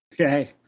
Okay